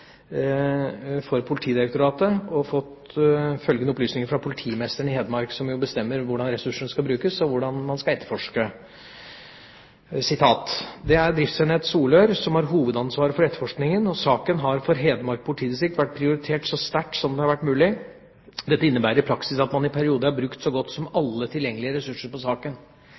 jo bestemmer hvordan ressursene skal brukes, og hvordan man skal etterforske: «Det er driftsenhet Solør som har hovedansvaret for etterforskingen, og saken har for Hedmark politidistrikt vært prioritert så sterkt som det har vært mulig. Dette innebærer i praksis at man i perioder har brukt så godt som alle tilgjengelige ressurser på saken.